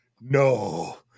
no